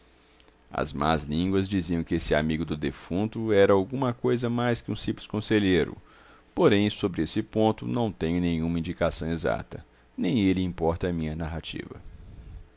as más línguas diziam que esse amigo do defunto era alguma coisa mais que um simples conselheiro porém sobre esse ponto não tenho nenhuma indicação exata nem ele importa à minha narrativa